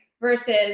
versus